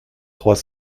trois